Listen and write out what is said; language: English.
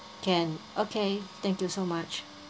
can okay thank you so much